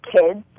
kids